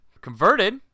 Converted